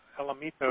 Alamitos